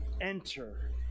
Enter